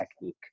technique